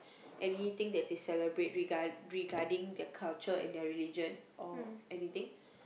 anything that they celebrate regard regarding their culture and their religion or anything